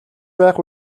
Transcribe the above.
байх